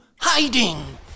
hiding